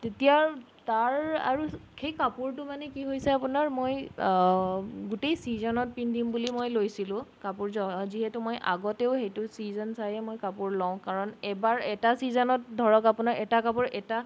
তেতিয়া তাৰ আৰু সেই কাপোৰটো মানে কি হৈছে আপোনাৰ মই গোটেই ছিজনত পিন্ধিম বুলি মই লৈছিলোঁ কাপোৰ যিহেতু মই আগতেও সেইটো চিজন চায়েই মই কাপোৰ লওঁ কাৰণ এবাৰ এটা চিজনত ধৰক আপোনাৰ এটা কাপোৰ এটা